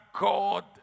God